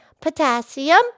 potassium